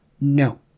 No